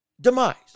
demise